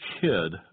kid